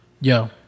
Yo